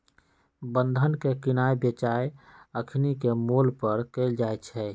बन्धन के किनाइ बेचाई अखनीके मोल पर कएल जाइ छइ